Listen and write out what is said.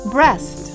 Breast